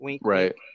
Right